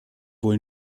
wohl